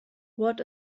what